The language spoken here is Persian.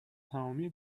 تمامی